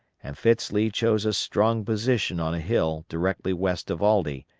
and fitz lee chose a strong position on a hill directly west of aldie,